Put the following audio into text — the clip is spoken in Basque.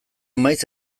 maiz